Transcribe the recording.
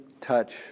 touch